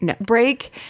break